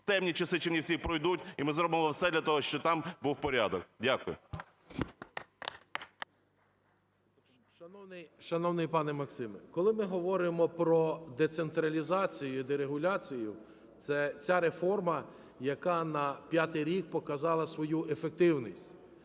Темні часи Чернівців пройдуть, і ми зробимо все для того, щоб там був порядок. Дякую. 11:00:44 КУБІВ С.І. Шановний пане Максиме, коли ми говоримо про децентралізацію і дерегуляцію, це ця реформа, яка на п'ятий рік показала свою ефективність.